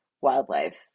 wildlife